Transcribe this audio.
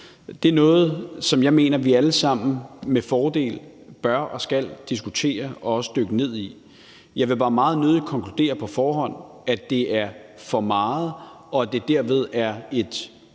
Det er noget, som jeg mener vi alle sammen med fordel bør og skal diskutere og også dykke ned i. Jeg vil bare meget nødig konkludere på forhånd, at det er for meget, og at det derved er et problem,